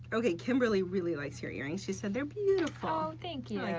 okay kimberly really likes your earrings. she said they're beautiful. oh, thank you.